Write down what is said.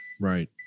right